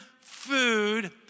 food